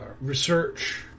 research